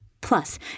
Plus